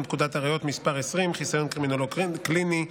פקודת הראיות (מס' 20) (חיסיון קרימינולוג קליני),